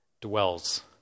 dwells